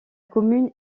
commune